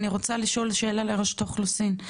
אני רוצה לשאול שאלה את רשות האוכלוסין,